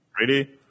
Ready